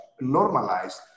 normalized